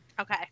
Okay